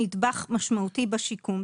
שהוא נדבך משמעותי בשיקום.